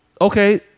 okay